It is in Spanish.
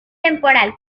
temporal